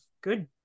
good